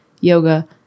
yoga